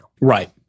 Right